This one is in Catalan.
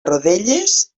rodelles